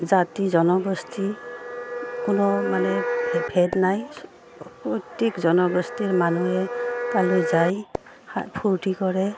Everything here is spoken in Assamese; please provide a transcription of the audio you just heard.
জাতি জনগোষ্ঠী কোনো মানে ভেদ নাই প্ৰত্যেক জনগোষ্ঠীৰ মানুহে তালৈ যায় ফূৰ্তি কৰে